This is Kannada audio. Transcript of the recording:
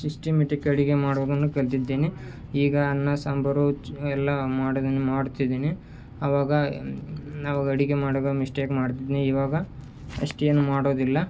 ಸಿಸ್ಟೆಮೆಟಿಕ್ ಅಡುಗೆ ಮಾಡುವುದನ್ನು ಕಲಿತಿದ್ದೇನೆ ಈಗ ಅನ್ನ ಸಾಂಬಾರು ಎಲ್ಲ ಮಾಡುದನ್ನು ಮಾಡ್ತಿದ್ದೇನೆ ಅವಾಗ ಅವಾಗ ಅಡುಗೆ ಮಾಡುವಾಗ ಮಿಸ್ಟೇಕ್ ಮಾಡ್ತಿದ್ನಿ ಇವಾಗ ಅಷ್ಟೇನೂ ಮಾಡೋದಿಲ್ಲ